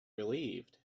relieved